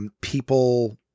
People